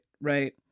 right